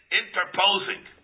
interposing